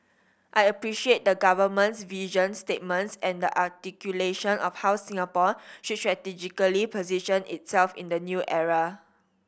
I appreciate the Government's vision statements and the articulation of how Singapore should strategically position itself in the new era